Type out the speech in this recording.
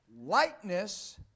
lightness